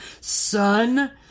son